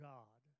God